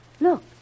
Look